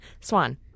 Swan